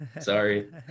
Sorry